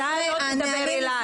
אתה לא תדבר אליי.